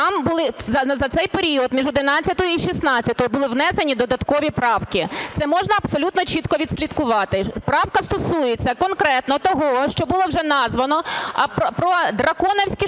за цей період між 11-ю і 16-ю були внесені додаткові правки, це можна абсолютно чітко відслідкувати. Правка стосується конкретно того, що було вже названо – про драконівські